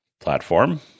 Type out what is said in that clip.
platform